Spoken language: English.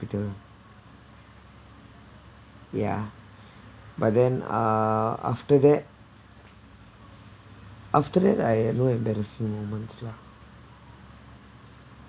ya by then uh after that after that I had no embarrassing moments lah